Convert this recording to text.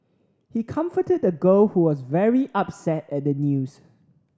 he comforted the girl who was very upset at the news